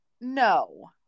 No